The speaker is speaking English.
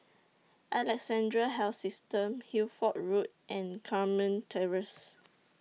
Alexandra Health System Hertford Road and Carmen Terrace